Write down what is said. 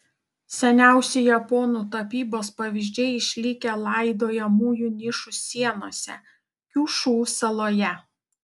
seniausi japonų tapybos pavyzdžiai išlikę laidojamųjų nišų sienose kiušu saloje